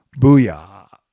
Booyah